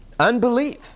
Unbelief